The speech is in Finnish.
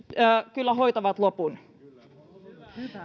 kyllä hoitavat lopun